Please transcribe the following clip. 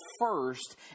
first